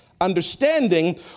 understanding